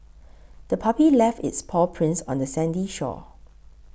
the puppy left its paw prints on the sandy shore